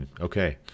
okay